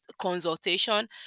consultation